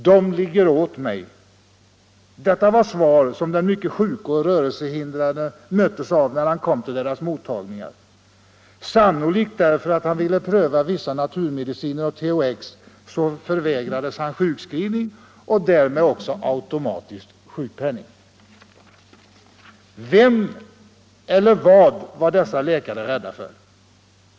— Dom ligger åt mig!” Detta var svar, som den mycket sjuke och rörelsehindrade möttes av när han kom till deras mottagningar. Sannolikt därför att han ville pröva vissa naturmediciner och THX vägrades han sjukskrivning och därmed också automatiskt sjukpenning! Vem eller vad var dessa läkare rädda för?